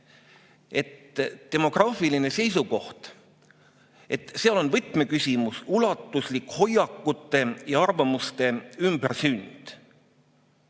et demograafia seisukohast on võtmeküsimus ulatuslik hoiakute ja arvamuste ümbersünd.